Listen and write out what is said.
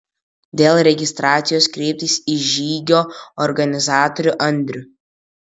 dėl registracijos kreiptis į žygio organizatorių andrių